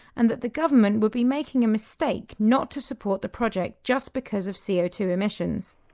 and that the government would be making a mistake not to support the project just because of c o two emissions.